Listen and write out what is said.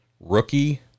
rookie